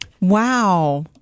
Wow